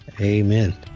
Amen